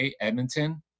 Edmonton